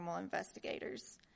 investigators